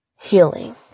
healing